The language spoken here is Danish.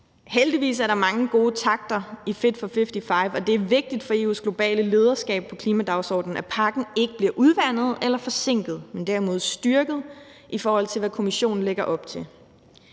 Heldigvis er der mange gode takter i Fit for 55, og det er vigtigt for EU's globale lederskab på klimadagsordenen, at pakken ikke bliver udvandet eller forsinket, men derimod styrket, i forhold til hvad Kommissionen lægger op til.